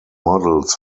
models